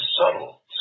subtle